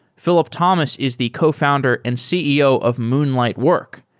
philip thomas is the cofounder and ceo of moonlight work,